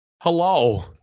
hello